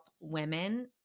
women